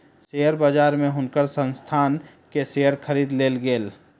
share बजार में हुनकर संस्थान के शेयर खरीद लेल गेल